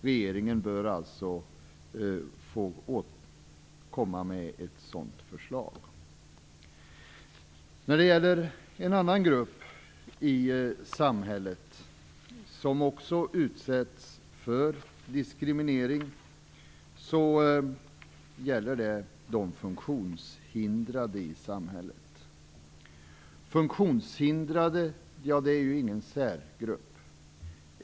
Regeringen bör alltså komma med ett sådant förslag. En annan grupp i samhället som också utsätts för diskriminering är de funktionshindrade, men de funktionshindrade utgör ingen särgrupp.